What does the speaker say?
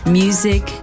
music